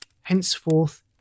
Henceforth